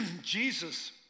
Jesus